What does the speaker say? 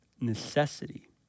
necessity